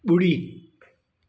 ॿुड़ी